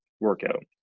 workout